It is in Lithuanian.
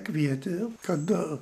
kvietė kada